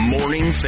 Morning